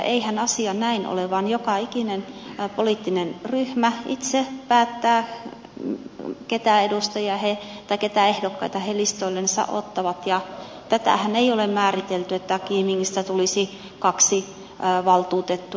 eihän asia näin ole vaan joka ikinen poliittinen ryhmä itse päättää ketä edustajia tai ketä ehdokkaita he listoillensa ottavat ja tätähän ei ole määritelty että kiimingistä tulisi kaksi valtuutettua